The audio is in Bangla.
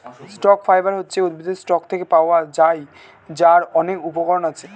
স্টক ফাইবার হচ্ছে উদ্ভিদের স্টক থেকে পাওয়া যায়, যার অনেক উপকরণ আছে